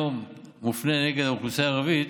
שהיום שמופנה נגד האוכלוסייה הערבית,